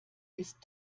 ist